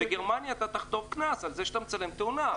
שבגרמניה אתה תחטוף קנס על זה שאתה מצלם תאונה,